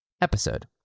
episode